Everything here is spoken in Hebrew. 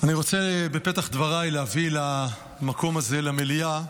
אני רוצה בפתח דבריי להביא למקום הזה, למליאה,